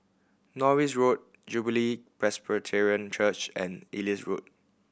Norris Road Jubilee Presbyterian Church and Elias Road